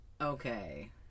Okay